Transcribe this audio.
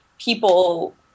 people